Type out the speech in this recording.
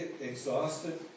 exhausted